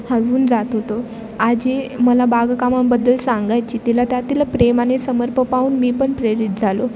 हरवून जात होतो आजी मला बागकामाबद्दल सांगायची तिला त्या तिला प्रेम आणि समर्पण पाहून मी पण प्रेरित झालो